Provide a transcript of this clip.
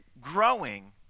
growing